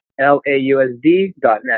lausd.net